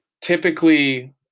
typically